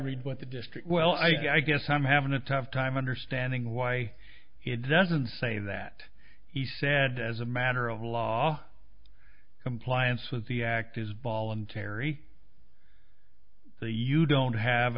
read what the district well i guess i'm having a tough time understanding why it doesn't say that he said as a matter of law compliance with the act is voluntary the you don't have